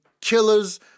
killers